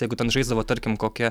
jeigu ten žaisdavo tarkim kokia